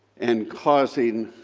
and causing